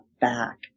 back